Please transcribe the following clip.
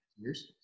Years